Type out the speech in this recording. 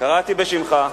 קראתי בשמך.